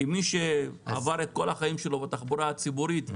כמי שעבר את כל החיים שלו בתחבורה ציבורית,